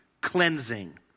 cleansing